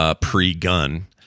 Pre-gun